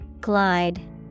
Glide